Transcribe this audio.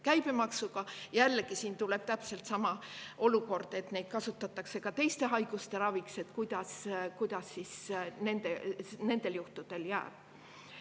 käibemaksuga. Jällegi, siin on täpselt sama olukord, et neid kasutatakse ka teiste haiguste raviks. Kuidas siis nendel juhtudel jääb?